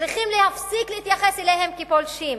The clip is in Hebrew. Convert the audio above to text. וצריכים להפסיק להתייחס אליהם כפולשים.